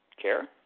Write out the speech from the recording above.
care